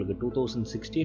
2016